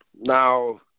Now